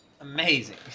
Amazing